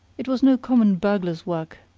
it was no common burglar's work,